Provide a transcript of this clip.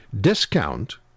discount